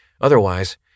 Otherwise